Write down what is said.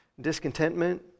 discontentment